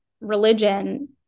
religion